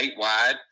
statewide